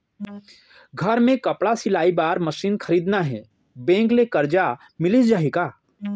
घर मे कपड़ा सिलाई बार मशीन खरीदना हे बैंक ले करजा मिलिस जाही का?